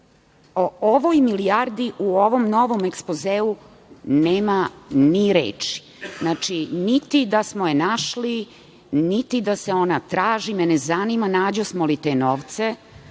ovoj milijardi u ovom novom ekspozeu nema ni reči. Znači, niti da smo je našli, niti da se ona traži. Mene zanima nađosmo li te novce,